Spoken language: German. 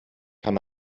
kann